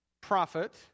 prophet